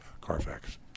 Carfax